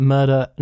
Murder